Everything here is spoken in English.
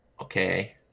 okay